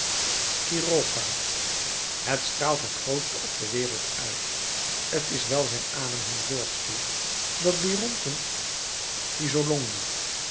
het straalt het grootsche op de wereld uit t is wijl zijn adem hen voortstuwt dat byron